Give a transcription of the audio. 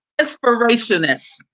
inspirationist